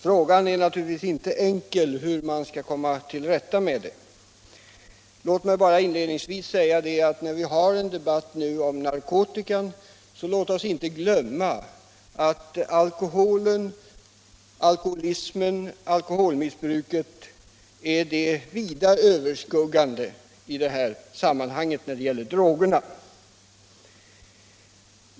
Frågan hur man skall komma till rätta med problemen är naturligtvis inte enkel att besvara. Låt mig bara inledningsvis säga att när vi nu har en debatt om narkotika, så låt oss inte glömma att alkoholmissbruket är det överskuggande problemet då det gäller droger.